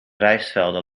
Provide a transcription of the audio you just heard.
rijstvelden